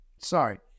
sorry